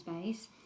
space